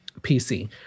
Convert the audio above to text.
PC